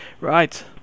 Right